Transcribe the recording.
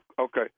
Okay